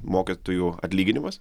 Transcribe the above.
mokytojų atlyginimas